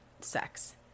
sex